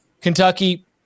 Kentucky